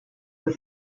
the